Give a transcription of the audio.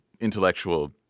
intellectual